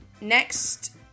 next